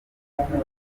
sinshaka